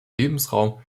lebensraum